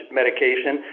medication